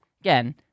again